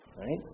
right